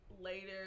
later